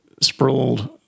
sprawled